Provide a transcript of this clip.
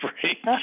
break